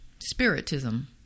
spiritism